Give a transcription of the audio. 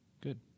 good